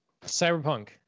Cyberpunk